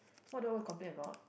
what do I always complain about